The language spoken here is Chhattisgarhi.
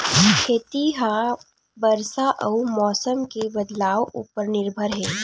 खेती हा बरसा अउ मौसम के बदलाव उपर निर्भर हे